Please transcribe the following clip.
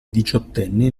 diciottenni